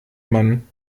man